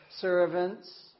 servants